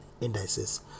indices